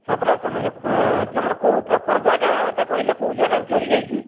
ଯାତ୍ରା ସମୟରେ ଆମର କେଉଁ ପ୍ରପର୍ ଜାଗାଟା କହିଲେ କେଉଁ ଜାଗାରୁ ଚୋରି ଯାଇଛି